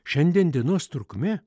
šiandien dienos trukmė